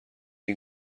این